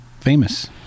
famous